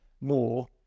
more